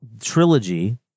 trilogy